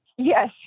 Yes